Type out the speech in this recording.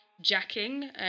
jacking